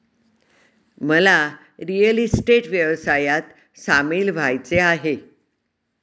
मला real estate व्यवसायात सामील व्हायचे आहे